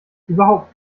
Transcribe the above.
überhaupt